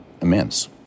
immense